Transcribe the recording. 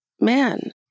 man